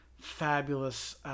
fabulous